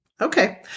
Okay